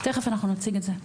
תכף אנחנו נציג את זה.